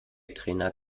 trainer